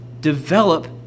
develop